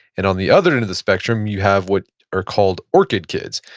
and on the other end of the spectrum, you have what are called orchid kids.